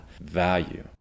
value